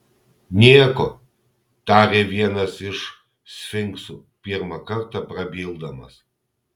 nieko tarė vienas iš sfinksų pirmą kartą prabildamas